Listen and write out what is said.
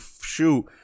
shoot